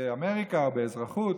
באמריקה או באזרחות,